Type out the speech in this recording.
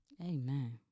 Amen